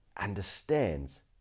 understands